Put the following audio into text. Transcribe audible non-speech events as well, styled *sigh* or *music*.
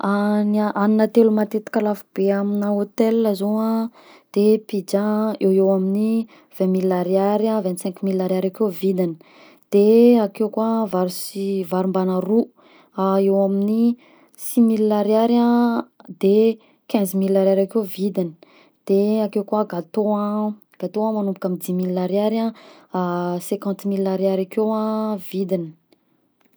*hesitation* Ny a, hagnina telo matetika lafobe aminà hotel zao a de pizza a, eo ho eo amin'ny vingt mille ariary a, vingt cinq mille ariary akeo vidiny de akeo koa vary sy vary mbana ro, akeo amin'ny six mille ariary de quinze mille ariary akeo vidiny, de akeo koa gateau a, gateau a manomboka amin'ny dix mille ariary a cinquante mille ariary akeo a vidiny.